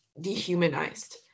dehumanized